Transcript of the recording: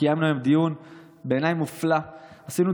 וקיימנו היום דיון מופלא בעיניי,